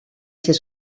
ser